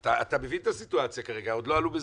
אתה מבין את הסיטואציה כרגע, עוד לא עלו בזום.